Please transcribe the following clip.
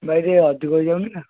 ଭାଇ ଟିକେ ଅଧିକ ହେଇଯାଉନି ନା